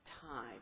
time